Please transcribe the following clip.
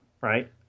right